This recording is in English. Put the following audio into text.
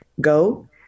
go